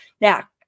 Now